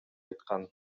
айткан